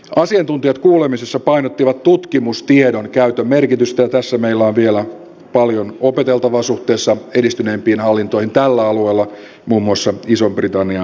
asiantuntijat kuulemisessa painottivat tutkimustiedon käytön merkitystä ja tässä meillä on vielä paljon opeteltavaa suhteessa edistyneimpiin hallintoihin tällä alueella muun muassa isoon britanniaan nähden